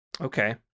Okay